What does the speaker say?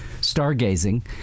stargazing